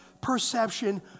perception